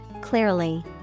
clearly